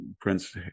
prince